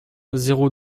zéro